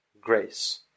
grace